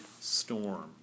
storm